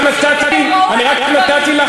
בשנות ה-30, אני רק נתתי,